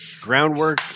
Groundwork